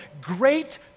great